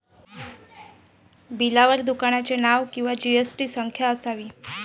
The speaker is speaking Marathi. बिलावर दुकानाचे नाव किंवा जी.एस.टी संख्या असावी